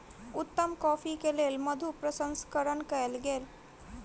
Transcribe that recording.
उत्तम कॉफ़ी के लेल मधु प्रसंस्करण कयल गेल